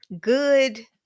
good